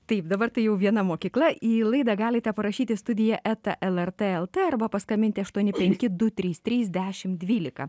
taip dabar tai jau viena mokykla į laidą galite parašyti studija eta lrt lt arba paskambinti aštuoni penki du trys trys dešim dvylika